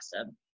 awesome